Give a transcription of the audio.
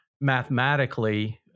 mathematically